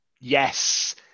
Yes